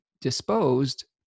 disposed